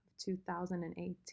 2018